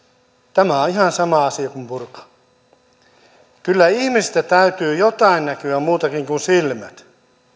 tämä on ihan sama asia kuin burka kyllä ihmisestä täytyy jotain muutakin näkyä kuin silmät